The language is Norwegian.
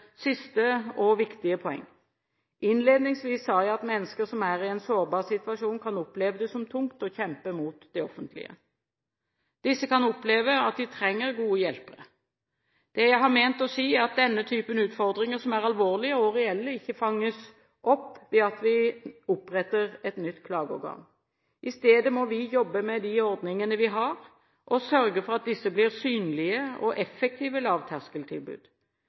siste og viktige poeng. Innledningsvis sa jeg at mennesker som er i en sårbar situasjon, kan oppleve det som tungt å kjempe mot det offentlige. Disse kan oppleve at de trenger gode hjelpere. Det jeg har ment å si, er at denne typen utfordringer, som er alvorlige og reelle, ikke fanges opp ved at vi oppretter et nytt klageorgan. I stedet må vi jobbe med de ordningene vi har, og sørge for at disse blir synlige og effektive lavterskeltilbud.